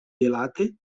rilate